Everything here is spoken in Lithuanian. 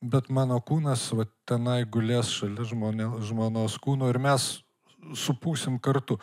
bet mano kūnas vat tenai gulės šalia žmonių žmonos kūno ir mes supūsim kartu